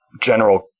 general